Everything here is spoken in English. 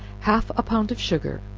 half a pound of sugar,